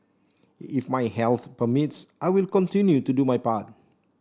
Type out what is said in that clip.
if my health permits I will continue to do my part